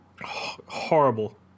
Horrible